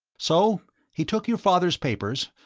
so he took your father's papers,